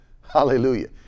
hallelujah